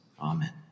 Amen